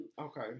okay